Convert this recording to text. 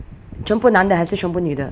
全部男的还是全部女的